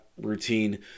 routine